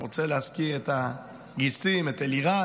אני רוצה להזכיר את הגיסים, את אלירן,